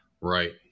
Right